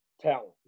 talent